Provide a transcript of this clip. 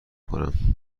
کنیم